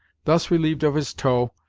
thus relieved of his tow,